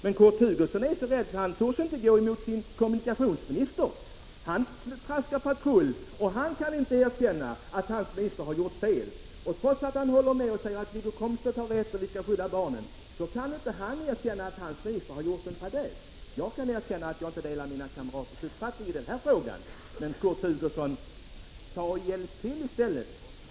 Han är emellertid så rädd att han inte tordes gå emot sin kommunikationsminister. Han traskar patrullo, och han kan inte erkänna att hans minister har gjort fel. Trots att han säger att Wiggo Komstedt har rätt och att vi skall skydda barnen, så kan han alltså inte erkänna att hans minister har gjort en fadäs. Jag kan erkänna att jag inte delar mina kamraters uppfattning i den här frågan. Hjälp till i stället, Kurt Hugosson!